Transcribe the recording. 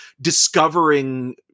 discovering